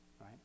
right